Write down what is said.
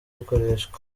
bukoreshwa